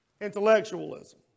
Intellectualism